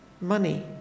money